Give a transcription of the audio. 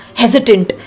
hesitant